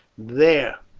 there,